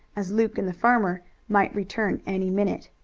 as luke and the farmer might return any minute.